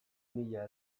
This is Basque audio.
mila